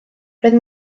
roedd